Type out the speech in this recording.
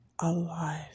alive